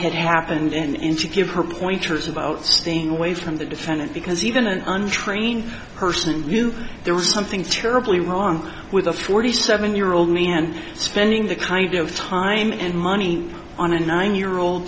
had happened in to give her pointers about staying away from the defendant because even an untrained person knew there was something terribly wrong with a forty seven year old man spending that kind of time and money on a nine year old